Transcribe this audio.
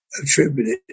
attributed